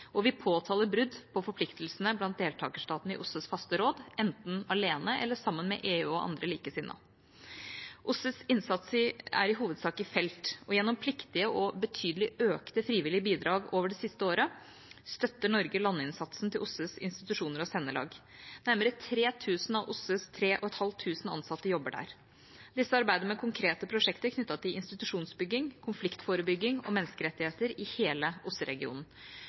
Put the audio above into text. og vi påtaler brudd på forpliktelsene blant deltakerstatene i OSSEs faste råd, enten alene eller sammen med EU og andre likesinnede. OSSEs innsats er i hovedsak i felt, og gjennom pliktige og betydelig økte frivillige bidrag over det siste året støtter Norge landinnsatsen til OSSEs institusjoner og sendelag. Nærmere 3 000 av OSSEs 3 500 ansatte jobber der. Disse arbeider med konkrete prosjekter knyttet til institusjonsbygging, konfliktforebygging og menneskerettigheter i hele